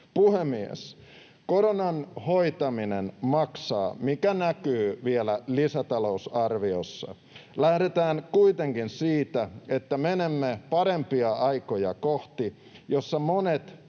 Puhemies! Koronan hoitaminen maksaa, mikä näkyy vielä lisätalousarviossa. Lähdetään kuitenkin siitä, että menemme kohti parempia aikoja, joissa monet